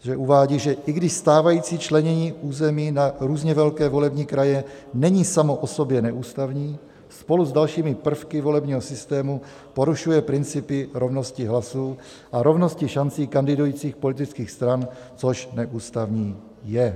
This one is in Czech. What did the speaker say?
že uvádí, že i když stávající členění území na různě velké volební kraje není samo o sobě neústavní, spolu s dalšími prvky volebního systému porušuje principy rovnosti hlasů a rovnosti šancí kandidujících politických stran, což neústavní je.